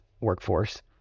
workforce